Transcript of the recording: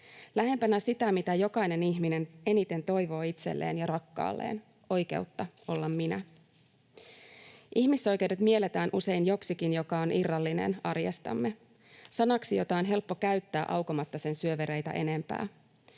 lähempänä sitä, mitä jokainen ihminen eniten toivoo itselleen ja rakkaalleen; oikeutta olla minä. Ihmisoikeudet mielletään usein joksikin, joka on irrallinen arjestamme, sanaksi, jota on helppo käyttää aukomatta sen syövereitä enempää.